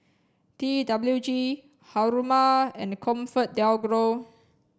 T W G Haruma and ComfortDelGro